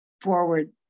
forward